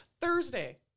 Thursday